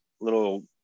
little